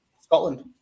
Scotland